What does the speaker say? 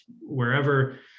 wherever